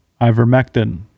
Ivermectin